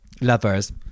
lovers